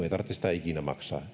ei tarvitse ikinä maksaa